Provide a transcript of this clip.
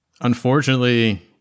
Unfortunately